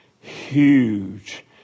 Huge